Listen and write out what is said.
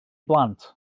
blant